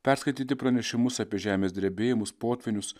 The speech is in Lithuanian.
perskaityti pranešimus apie žemės drebėjimus potvynius